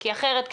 כי אחרת,